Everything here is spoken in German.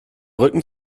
rücken